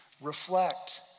reflect